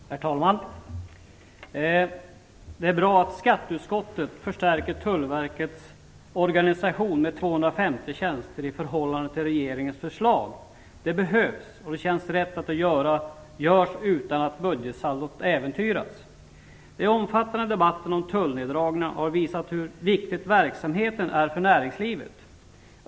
Herr talman! Det är bra att skatteutskottet vill förstärka Tullverkets organisation med 250 tjänster i förhållande till regeringens förslag. Det behövs, och det känns rätt att det görs utan att budgetsaldot äventyras. Den omfattande debatten om tullneddragningarna har visat hur viktig verksamheten är för näringslivet.